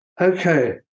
Okay